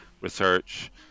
research